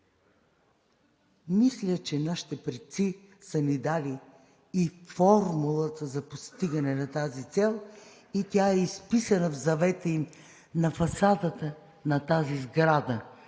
Мисля, че нашите предци са ни дали и формулата за постигане на тази цел, тя е изписана в завета им на фасадата на тази сграда: